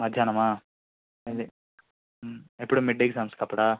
మధ్యాహ్నమా అదే ఎప్పుడు mid exams అప్పుడా